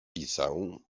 pisał